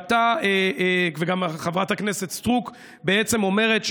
וגם חברת הכנסת סטרוק בעצם אומרת,